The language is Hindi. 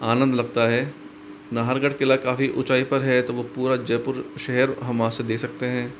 आनंद लगता है नाहरगढ़ किला काफी ऊँचाई पर है तो पूरा जयपुर शहर हम वहाँ से देख सकते हैं